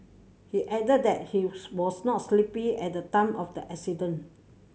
he added that he was not sleepy at the time of the accident